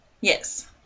Yes